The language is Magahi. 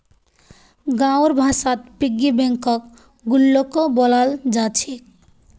गाँउर भाषात पिग्गी बैंकक गुल्लको बोलाल जा छेक